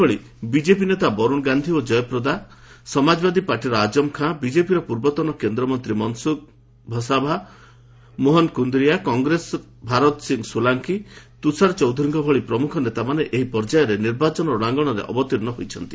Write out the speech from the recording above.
ସେହିଭଳି ବିଜେପି ନେତା ବର୍ତ୍ତଶ ଗାନ୍ଧି ଓ କୟପ୍ରଦା ସମାଜବାଦୀ ପାର୍ଟିର ଆଜମ ଖାନ୍ ବିଜେପିର ପୂର୍ବତନ କେନ୍ଦ୍ରମନ୍ତ୍ରୀ ମନସୁଖ୍ ଭସାଭା ମୋହନ କୁନ୍ଦରିଆ କଂଗ୍ରେସର ଭାରତ ସିଂହ ସୋଲାଙ୍କି ତୁଷାର ଚୌଧୁରୀଙ୍କ ଭଳି ପ୍ରମୁଖ ନେତାମାନେ ଏହି ପର୍ଯ୍ୟାୟରେ ନିର୍ବାଚନ ରଣାଙ୍ଗନାରେ ଅବତିର୍ଣ୍ଣ ହୋଇଛନ୍ତି